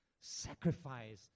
sacrifice